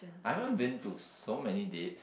I haven't been to so many dates